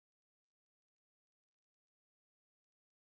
and a honey beehive that says honey